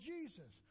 Jesus